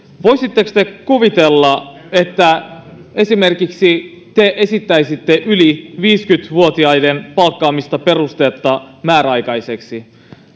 voisitteko kuvitella että te esimerkiksi esittäisitte yli viisikymmentä vuotiaiden palkkaamista perusteetta määräaikaisiksi